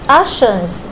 actions